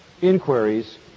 inquiries